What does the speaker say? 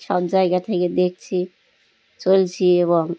সব জায়গা থেকে দেখছি চলছি এবং